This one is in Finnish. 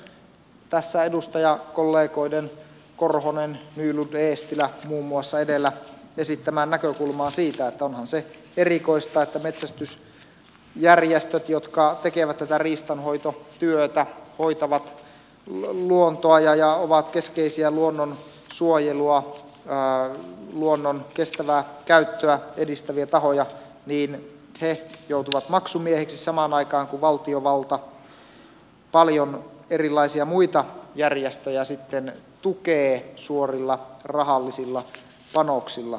yhdyn myös tässä edustajakollegoiden korhonen nylund eestilä edellä esittämään näkökulmaan siitä että onhan se erikoista että metsästysjärjestöt jotka tekevät tätä riistanhoitotyötä hoitavat luontoa ja ovat keskeisiä luonnonsuojelua luonnon kestävää käyttöä edistäviä tahoja joutuvat maksumiehiksi samaan aikaan kun valtiovalta erilaisia muita järjestöjä tukee suorilla rahallisilla panoksilla